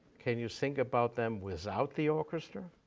can you think about them without the orchestra?